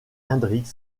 hendrix